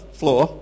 floor